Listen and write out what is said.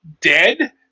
dead